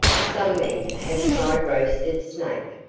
some men have tried roasted snake,